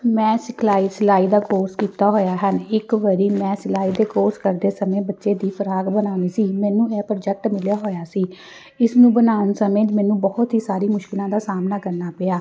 ਮੈਂ ਸਿਖਲਾਈ ਸਿਲਾਈ ਦਾ ਕੋਰਸ ਕੀਤਾ ਹੋਇਆ ਹੈ ਇੱਕ ਵਾਰੀ ਮੈਂ ਸਿਲਾਈ ਦੇ ਕੋਰਸ ਕਰਦੇ ਸਮੇਂ ਬੱਚੇ ਦੀ ਫਰਾਕ ਬਣਾਉਣੀ ਸੀ ਮੈਨੂੰ ਐਹ ਪ੍ਰੋਜੈਕਟ ਮਿਲਿਆ ਹੋਇਆ ਸੀ ਇਸ ਨੂੰ ਬਣਾਉਣ ਸਮੇਂ ਮੈਨੂੰ ਬਹੁਤ ਹੀ ਸਾਰੀ ਮੁਸ਼ਕਿਲਾਂ ਦਾ ਸਾਹਮਣਾ ਕਰਨਾ ਪਿਆ